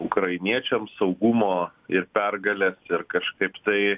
ukrainiečiams saugumo ir pergalės ir kažkaip tai